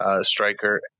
Striker